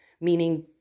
meaning